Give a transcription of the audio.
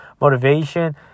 motivation